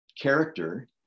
character